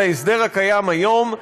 את ההסדר הקיים היום,